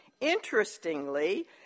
Interestingly